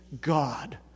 God